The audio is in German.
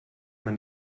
man